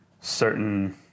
certain